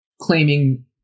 claiming